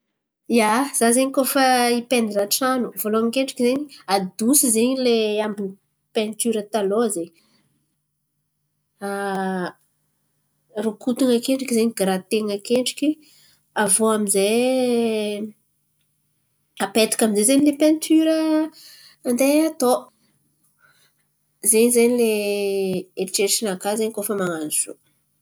Ia, za zen̈y koa fa hipaindira trano, vôlohany akendriky zen̈y adoso zen̈y lay ambiny paintira taloha zen̈y. Rokotin̈y akendriky zen̈y giraten̈a akendriky aviô amy zay apetaka amy zay zen̈y lay paintira handeha atao. Ze zen̈y le eritreritrinakà zen̈y koa fa man̈ano izy io.